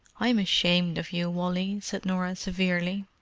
i'm ashamed of you, wally, said norah severely.